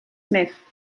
smith